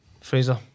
Fraser